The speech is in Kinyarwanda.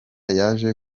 yaje